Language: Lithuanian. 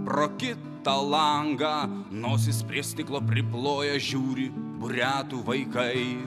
pro kitą langą nosis prie stiklo priploję žiūri buriatų vaikai